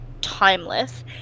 timeless